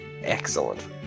Excellent